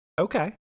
okay